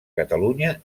catalunya